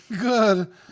good